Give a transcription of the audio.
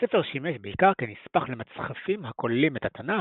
הספר שימש בעיקר כנספח למצחפים הכוללים את התנ"ך,